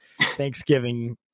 Thanksgiving